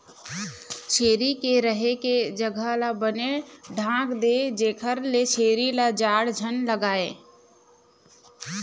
छेरी के रहें के जघा ल बने ढांक दे जेखर ले छेरी ल जाड़ झन लागय